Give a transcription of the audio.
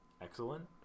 excellent